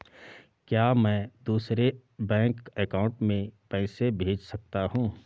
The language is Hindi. क्या मैं दूसरे बैंक अकाउंट में पैसे भेज सकता हूँ?